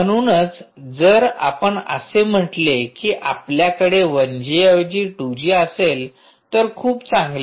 म्हणूनच जर आपण असे म्हटले की आपल्याकडे 1G ऐवजी 2G असेल तर खूप चांगले आहे